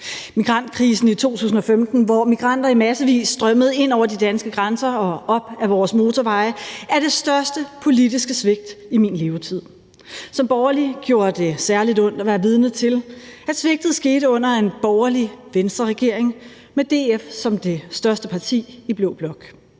Migrantkrisen i 2015, hvor migranter i massevis strømmede ind over de danske grænser og op ad vores motorveje, er det største politiske svigt i min levetid. Som borgerlig gjorde det særlig ondt at være vidne til, at svigtet skete under en borgerlig Venstreregering med DF som det største parti i blå blok.